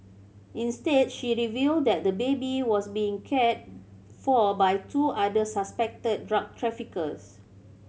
instead she revealed that the baby was being cared for by two other suspected drug traffickers